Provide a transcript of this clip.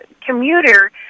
Commuter